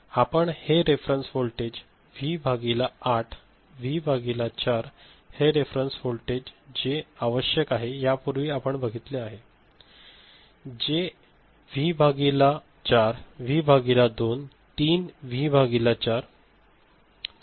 आणि हे reference voltage V भागिले 8व्ही भागिले 4 हे रेफेरंस व्होल्टेज आहे जे आवश्यक आहेत यापूर्वी आपण बघितले आहे जे आहे व्ही भागिले 4 व्ही भागिले 2 3 व्ही भागिले 4